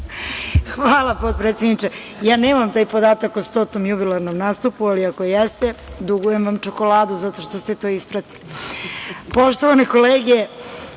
Hvala, potpredsedniče. Nemam taj podatak o stotom jubilarnom nastupu, ali ako jeste dugujem vam čokoladu zato što ste to ispratili. Poštovane